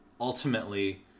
Ultimately